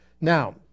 Now